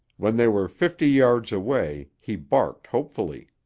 when they were fifty yards away, he barked hopefully.